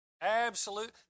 Absolute